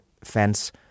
fence